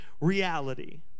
reality